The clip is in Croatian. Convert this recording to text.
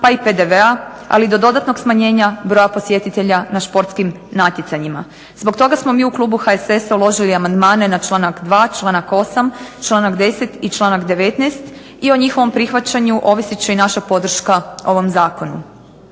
pa i PDV-a, ali i do dodatnog smanjenja broja posjetitelja na športskim natjecanjima. Zbog toga smo mi u klubu HSS-a uložili amandmane na članak 2., članak 8., članak 10. i članak 19. i o njihovom prihvaćanju ovisit će i naša podrška ovom zakonu.